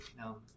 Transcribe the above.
no